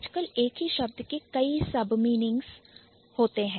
आजकल एक ही शब्द के कई submeanings सबमीनिंग अर्थ होते हैं